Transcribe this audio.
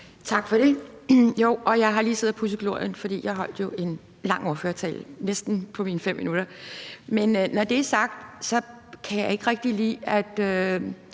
Tak for det. Jeg har lige siddet og pudset glorien, for jeg holdt jo en lang ordførertale på mine næsten 5 minutter. Men når det er sagt, kan jeg ikke rigtig lide, at